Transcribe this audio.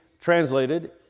translated